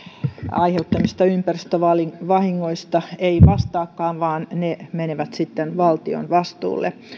aiheuttamista ympäristövahingoista vaan ne menevät sitten valtion vastuulle